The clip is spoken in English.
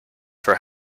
for